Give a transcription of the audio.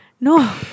No